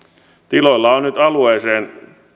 tiloilla on nyt alueeseen